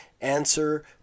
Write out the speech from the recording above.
answer